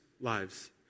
lives